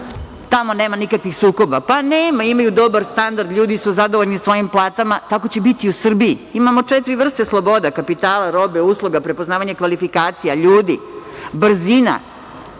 tamo nema nikakvih sukoba? Pa, nema. Imaju dobar standard, ljudi su zadovoljni svojim platama. Tako će biti i u Srbiji. Imamo četiri vrsta sloboda, kapitala, robe, usluga, prepoznavanje kvalifikacija. Ljudi, brzina.